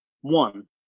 one